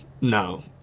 no